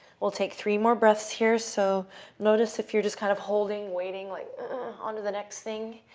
we'll take three more breaths here. so notice if you're just kind of holding, waiting, like onto the next thing.